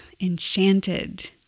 Enchanted